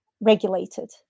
regulated